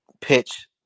pitch